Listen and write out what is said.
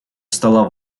стало